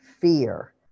fear